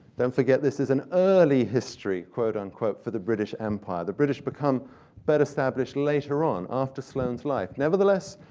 don't forget, this is an early history, quote, unquote, for the british empire. the british become better established later on, after sloane's life. nevertheless,